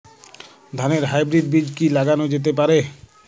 ধানের হাইব্রীড বীজ কি লাগানো যেতে পারে?